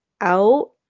out